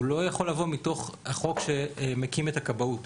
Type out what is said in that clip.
הוא לא יכול לבוא מתוך החוק שמקים את הכבאות,